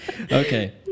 Okay